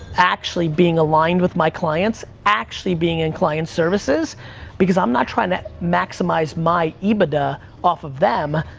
actually being aligned with my clients, actually being in client services because i'm not trying to maximize my ebitda off of them.